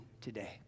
today